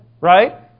Right